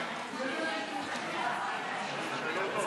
131), התשע"ח 2018, נתקבל.